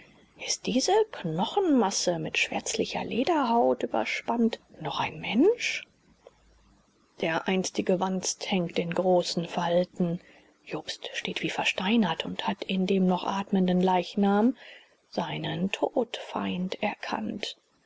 ist diese knochenmasse mit schwärzlicher lederhaut überspannt noch ein mensch der einstige wanst hängt in großen falten jobst steht wie versteinert und hat in dem noch atmenden leichnam seinen todfeind erkannt